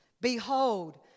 Behold